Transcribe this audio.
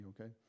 okay